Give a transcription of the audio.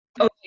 okay